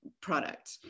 product